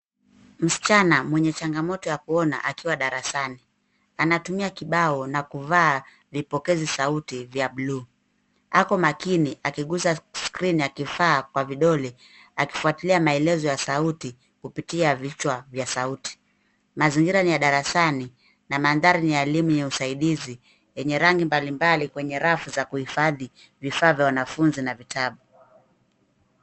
Msichana mwenye changamoto ya kuona akiwa darasani. Anatumia kibao na kuvaa vipokezi sauti vya bluu. Ako makini akigusa skirini akifaa kwa vidole akifuatilia maelezo ya sauti kupitia vichwa vya sauti. Mazingira ni ya darasani na mandhari ni ya elimu ya usaidizi yenye rangi mbalimbali kwenye rafu za kuhifadhi vifaa vya wanafunzi na vitabu.